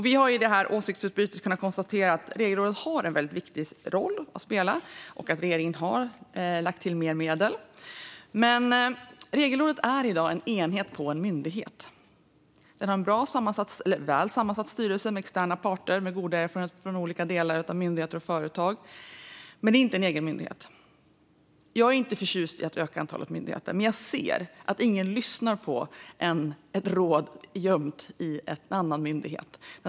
Vi har i detta åsiktsutbyte kunnat konstatera att Regelrådet har en viktig roll att spela och att regeringen har lagt till mer medel. Men Regelrådet är i dag en enhet på en myndighet. Det har en väl sammansatt styrelse med externa parter med goda erfarenheter från olika delar av myndigheter och företag, men det är inte en egen myndighet. Jag är inte förtjust i tanken på att öka antalet myndigheter, men jag ser att ingen lyssnar på ett råd som är gömt i en annan myndighet.